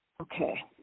Okay